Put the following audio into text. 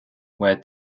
where